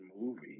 movie